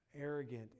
arrogant